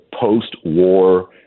post-war